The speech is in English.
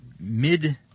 mid